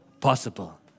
possible